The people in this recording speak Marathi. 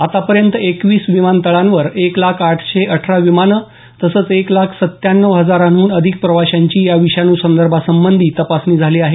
आतापर्यंत एकवीस विमानतळांवर एक हजार आठशे अठरा विमानं तसंच एक लाख सत्त्याण्णव हजारांहन अधिक प्रवाशांची या विषाणू संसर्गासंबंधी तपासणी झाली आहे